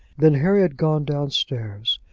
then harry had gone downstairs,